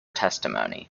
testimony